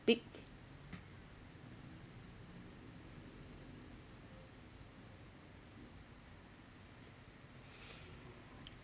pick